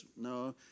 No